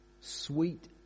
Sweet